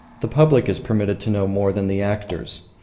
the public is permitted to know more than the actors.